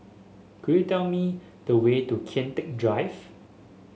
could you tell me the way to Kian Teck Drive